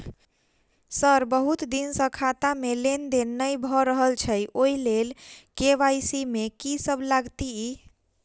Sir बहुत दिन सऽ खाता मे लेनदेन नै भऽ रहल छैय ओई लेल के.वाई.सी मे की सब लागति ई?